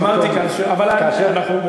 אמרתי: כאשר תתכנס.